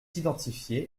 identifié